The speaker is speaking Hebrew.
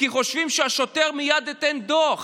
כי חושבים שהשוטר מייד ייתן דוח.